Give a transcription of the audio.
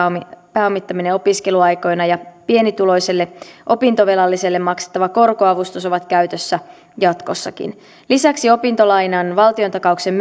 pääomittaminen opiskeluaikoina ja pienituloiselle opintovelalliselle maksettava korkoavustus ovat käytössä jatkossakin lisäksi opintolainan valtiontakauksen